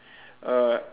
err